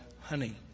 honey